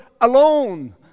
alone